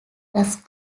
rusk